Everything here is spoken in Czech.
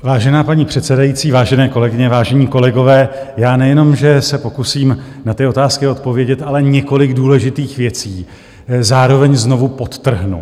Vážená paní předsedající, vážené kolegyně, vážení kolegové, nejenom že se pokusím na ty otázky odpovědět, ale několik důležitých věcí zároveň znovu podtrhnu.